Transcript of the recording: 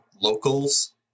locals